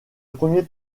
premier